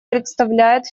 представляет